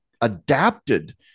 adapted